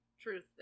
truth